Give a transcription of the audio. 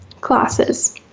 classes